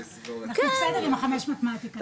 אנחנו בסדר עם החמש מתמטיקה.